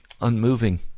unmoving